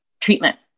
treatment